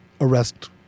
arrest